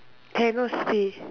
cannot say